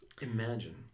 Imagine